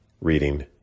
reading